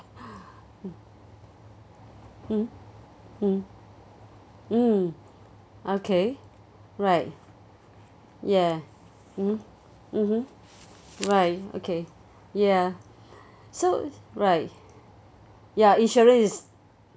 mm mm mm okay right ya mm mmhmm mmhmm right okay ya so right ya insurance is